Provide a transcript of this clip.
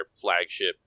flagship